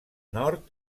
nord